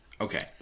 okay